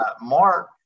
mark